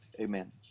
Amen